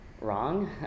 wrong